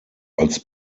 als